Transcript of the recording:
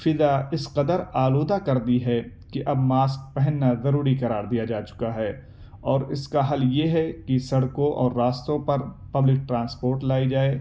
فضا اس قدر آلودہ کر دی ہے کہ اب ماسک پہننا ضروری قرار دیا جا چکا ہے اور اس کا حل یہ ہے کہ سڑکوں اور راستوں پر پبلک ٹرانسپورٹ لائی جائے